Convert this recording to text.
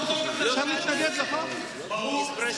יש סיכומים על הצעות חוק בעוד נושא, ברור.